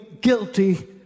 guilty